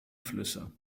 flüsse